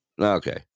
Okay